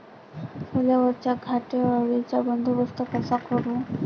सोल्यावरच्या घाटे अळीचा बंदोबस्त कसा करू?